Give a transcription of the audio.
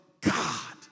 God